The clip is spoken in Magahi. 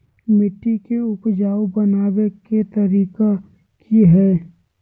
मिट्टी के उपजाऊ बनबे के तरिका की हेय?